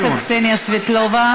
חברת הכנסת קסניה סבטלובה.